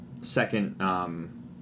second